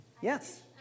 Yes